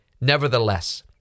Nevertheless